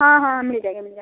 हाँ हाँ मिल जाएगा मिल जाएगा